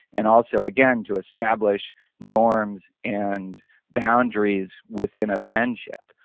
and also again to establish norms and boundaries within a friendship,